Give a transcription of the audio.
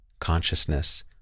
consciousness